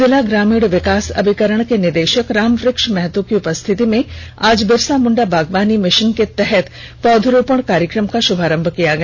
जिला ग्रामीण विकास अभिकरण के निदेषक रामवृक्ष महतो की उपस्थिति में आज बिरसा मुंडा बागवानी मिषन के तरह पौधरोपण कार्यक्रम का श्रभारंभ किया गया